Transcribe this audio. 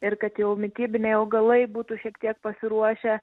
ir kad jau mitybiniai augalai būtų šiek tiek pasiruošę